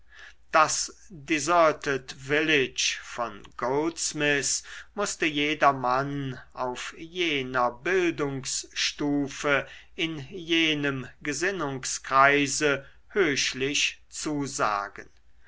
das deserted village von goldsmith mußte jedermann auf jener bildungsstufe in jenem gesinnungskreise höchlich zusagen